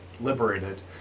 liberated